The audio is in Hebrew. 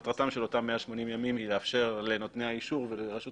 מטרת אותם 180 ימים היא לאפשר לנותני האישור ולרשות